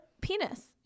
penis